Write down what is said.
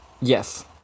Yes